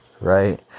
right